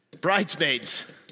bridesmaids